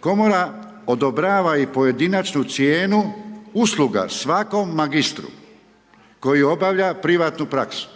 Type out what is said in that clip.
„Komora odobrava i pojedinačnu cijenu usluga svakom magistru koji obavlja privatnu praksu.